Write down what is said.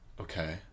Okay